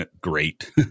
great